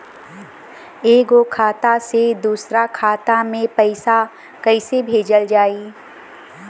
एगो खाता से दूसरा खाता मे पैसा कइसे भेजल जाई?